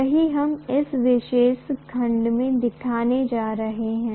यही हम इस विशेष खंड में देखने जा रहे हैं